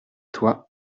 toi